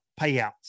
payouts